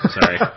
Sorry